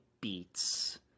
beats